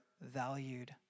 valued